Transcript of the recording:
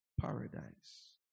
paradise